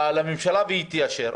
לממשלה והיא תאשר.